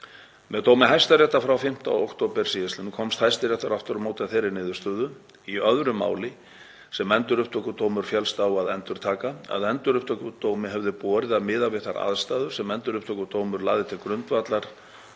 Með dómi Hæstaréttar frá 5. október sl. komst Hæstiréttur aftur á móti að þeirri niðurstöðu í öðru máli sem Endurupptökudómur féllst á að endurtaka að Endurupptökudómi hefði borið, miðað við þær ástæður sem Endurupptökudómur lagði til grundvallar